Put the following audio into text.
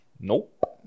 Nope